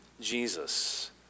Jesus